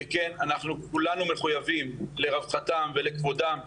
אנחנו כולנו מחויבים לרווחתם ולכבודם,